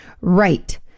right